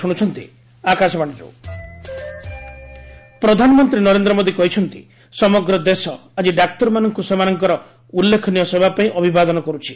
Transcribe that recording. PM doctors day ପ୍ରଧାନମନ୍ତ୍ରୀ ନରେନ୍ଦ୍ର ମୋଦି କହିଛନ୍ତି ସମଗ୍ର ଦେଶ ଆଜି ଡାକ୍ତରମାନଙ୍କୁ ସେମାନଙ୍କର ଉଲ୍ଲେଖନୀୟ ସେବାପାଇଁ ଅଭିବାଦନ କରୁଛି